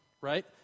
right